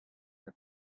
the